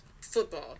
Football